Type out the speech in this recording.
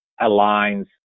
aligns